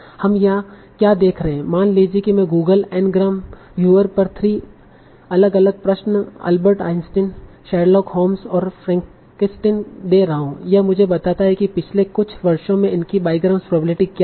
हम यहाँ क्या देख रहे हैं मान लें कि मैं गूगल N ग्राम व्यूअर पर 3 अलग अलग प्रश्न अल्बर्ट आइंस्टीन शरलॉक होम्स और फ्रेंकस्टीन दे रहा हूं यह मुझे बताता है कि पिछले कुछ वर्षों में इनकी बाईग्राम्स प्रोबेबिलिटी क्या है